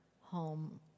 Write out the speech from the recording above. home